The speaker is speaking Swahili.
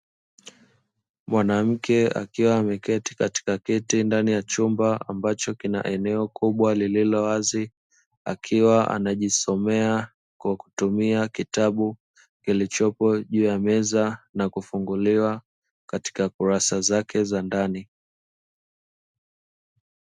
Mwanamke akiwa ameketi katika kiti ndani ya chumba, ambacho kina eneo kubwa lililo wazi, akiwa anajisomea kwa kutumia kitabu kilichopo juu ya meza na kufunguliwa katika kurasa zake za ndani.